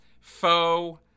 faux